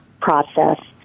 process